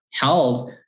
held